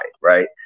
right